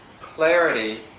clarity